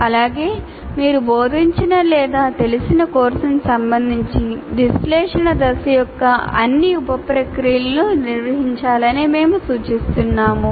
అలాగే మీరు బోధించిన లేదా తెలిసిన కోర్సుకు సంబంధించి విశ్లేషణ దశ యొక్క అన్ని ఉప ప్రక్రియలను నిర్వహించాలని మేము సూచిస్తున్నాము